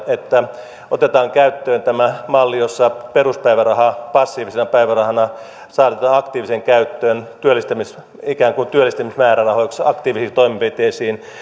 että otetaan käyttöön tämä malli jossa peruspäiväraha passiivisena päivärahana saatetaan aktiiviseen käyttöön ikään kuin työllistämismäärärahoiksi aktiivisiin toimenpiteisiin